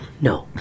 no